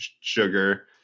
sugar